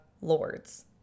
lords